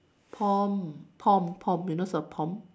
pom Pom pom Pom you know what's a pom